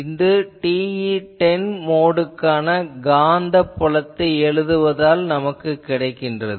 இது TE10 மோடுக்கான காந்தப் புலத்தை எழுதுவதால் கிடைக்கிறது